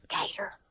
gator